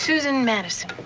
susan madison.